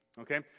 okay